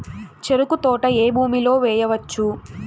చెరుకు తోట ఏ భూమిలో వేయవచ్చు?